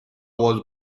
was